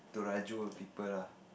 Torajo people lah